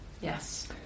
Yes